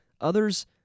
Others